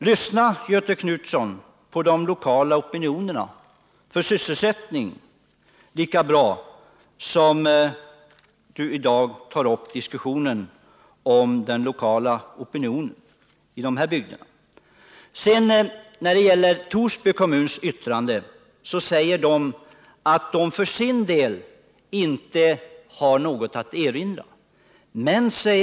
Lyssna, Göthe Knutson, på de planeringen lokala opinionerna för sysselsättning lika lyhört som Göthe Knutson i dag tar upp diskussionen om den lokala opinionen i de här bygderna! Torsby kommun säger i sitt yttrande att den för sin del inte har något att erinra mot projektet.